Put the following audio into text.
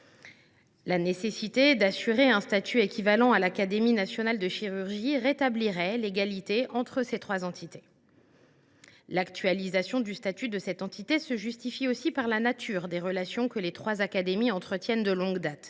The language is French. La nécessité d’assurer un statut équivalent à l’Académie nationale de chirurgie rétablirait l’égalité entre ces trois entités. L’actualisation du statut de cette entité se justifie aussi par la nature des relations que les trois académies entretiennent de longue date.